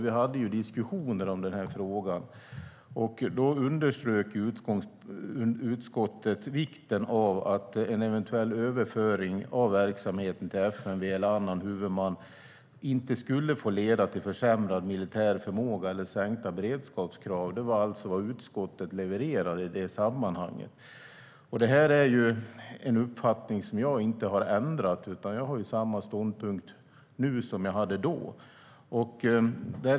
I de diskussioner vi då förde om den här frågan underströk utskottet vikten av att en eventuell överföring av verksamheten till FMV eller annan huvudman inte skulle få leda till försämrad militär förmåga eller sänkta beredskapskrav. Det var vad utskottet levererade i det sammanhanget, och det är en uppfattning som jag inte har ändrat. Jag har samma ståndpunkt nu som jag hade då.